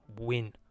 win